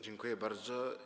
Dziękuję bardzo.